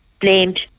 blamed